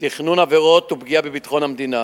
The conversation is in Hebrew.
תכנון עבירות ופגיעה בביטחון המדינה